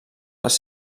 les